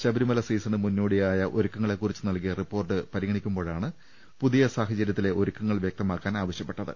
Sabarimala season മുന്നോ ടിയായ ഒരുക്കങ്ങളെക്കുറിച്ച് നൽകിയ റിപ്പോർട്ട് പരിഗണിക്കുമ്പോഴാണ് പുതിയ സാഹചര്യത്തിലെ ഒരുക്കങ്ങൾ വ്യക്തമാക്കാനാവശ്യപ്പെട്ടത്